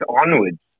onwards